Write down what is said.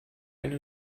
eine